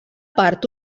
part